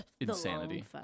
insanity